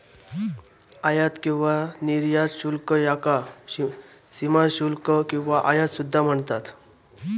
आयात किंवा निर्यात शुल्क याका सीमाशुल्क किंवा आयात सुद्धा म्हणतत